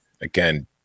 again